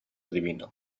divino